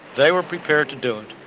they were prepared to do it.